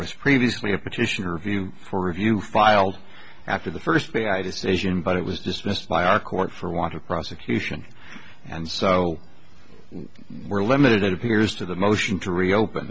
was previously a petition review for review files after the first day i decision but it was dismissed by our court for want of prosecution and so we're limited it appears to the motion to reopen